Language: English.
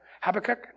Habakkuk